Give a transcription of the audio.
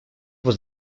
was